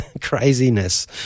craziness